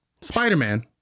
Spider-Man